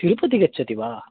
तिरुपति गच्छति वा